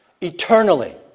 eternally